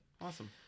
Awesome